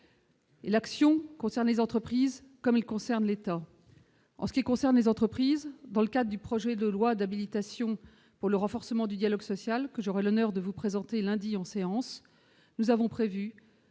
l'action concerne les entreprises comme il concerne l'État,